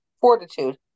fortitude